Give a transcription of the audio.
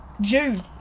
June